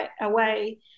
away